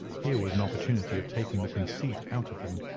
here was an opportunity of taking the conceit out of him.